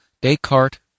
Descartes